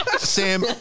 Sam